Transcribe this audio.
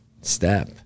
step